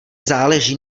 záleží